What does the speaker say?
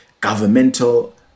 governmental